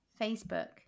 Facebook